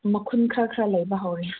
ꯃꯈꯨꯟ ꯈꯔ ꯈꯔ ꯂꯩꯕ ꯍꯧꯔꯦ